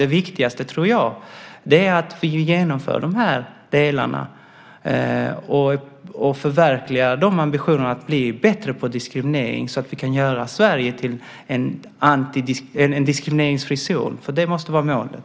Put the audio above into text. Det viktigaste tror jag är att vi genomför de här delarna och förverkligar ambitionerna att bli bättre på diskriminering så att vi kan göra Sverige till en diskrimineringsfri zon. Det måste vara målet.